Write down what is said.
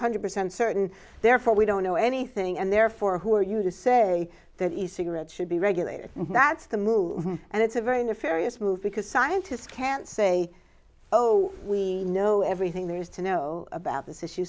hundred percent certain therefore we don't know anything and therefore who are you to say that is cigarette should be regulated that's the movie and it's a very nefarious move because scientists can't say oh we know everything there is to know about this issue